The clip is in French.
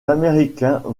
américains